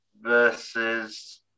versus